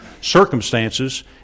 circumstances